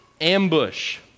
ambush